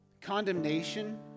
condemnation